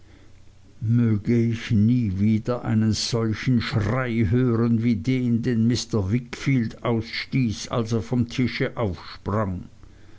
möge ich nie wieder einen solchen schrei hören wie den den mr wickfield ausstieß als er vom tische aufsprang